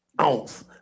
ounce